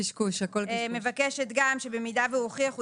הסתייגות נוספת מבקשת גם שבמידה והוא הוכיח,